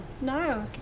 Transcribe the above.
no